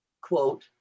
quote